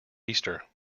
easter